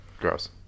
Gross